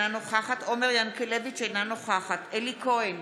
אינה נוכחת עומר ינקלביץ' אינה נוכחת אלי כהן,